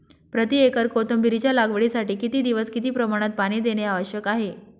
प्रति एकर कोथिंबिरीच्या लागवडीसाठी किती दिवस किती प्रमाणात पाणी देणे आवश्यक आहे?